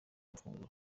amafunguro